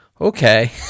okay